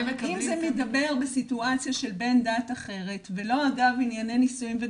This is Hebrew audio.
אם זה מדבר בסיטואציה של בן דת אחרת ולא אגב ענייני נישואים וגירושים,